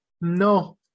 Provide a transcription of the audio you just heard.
No